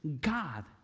God